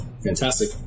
Fantastic